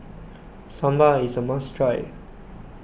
Sambar is a must try